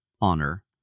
honor